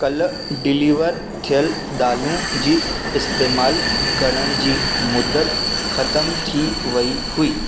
कल डिलीवर थियल दालूं जी इस्तेमालु करण जी मुद्दत ख़तमु थी वई हुई